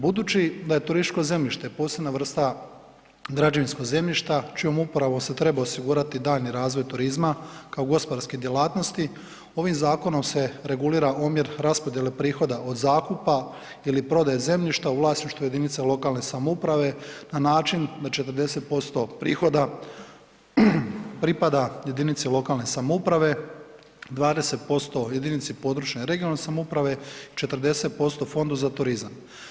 Budući da je turističko zemljište posebna vrsta građevinskog zemljišta čijom upravom se treba osigurati daljnji razvoj turizma kao gospodarske djelatnosti, ovim zakonom se regulira omjer raspodjele prihoda od zakupa ili prodaje zemljišta u vlasništvu jedinica lokalne samouprave na način da 40% prihoda pripada jedinici lokalne samouprave, 20% jedinici područne (regionalne) samouprave, 40% Fondu za turizam.